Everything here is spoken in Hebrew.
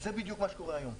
זה בדיוק מה שקורה היום.